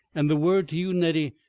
and the word to you, nettie,